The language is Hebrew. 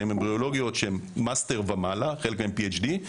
שהן אמבריולוגיות עם תואר מאסטר ומעלה חלקן Ph.D.,